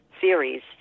series